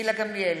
גילה גמליאל,